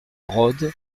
rhôde